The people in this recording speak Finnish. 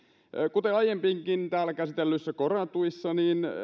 kuten aiemminkin täällä käsitellyissä koronatuissa niin